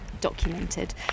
documented